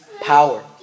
power